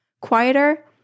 quieter